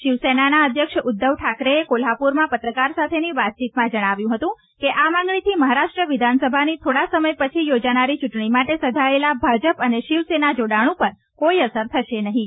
શિવસેનાના અધ્યક્ષ ઉદ્ધવ ઠાકરેએ કોલ્હાપુરમાં પત્રકાર સાથેની વાતચીતમાં જજ્ઞાવ્યું હતું કે આ માંગણીથી મહારાષ્ટ્ર વિધાનસભાની થોડાંક સમય પછી યોજાનારી ચૂંટણી માટે સધાયેલા ભાજપ અને શિવસેના જોડાણ ઉપર કોઈ અસર થશે નહીં